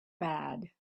bad